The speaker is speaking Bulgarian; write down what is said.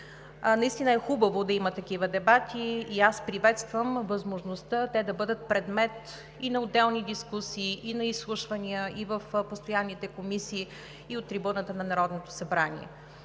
Наистина е хубаво да има такива дебати и аз приветствам възможността те да бъдат предмет и на отделни дискусии, и на изслушвания – и в постоянните комисии, и от трибуната на Народното събрание.